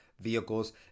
vehicles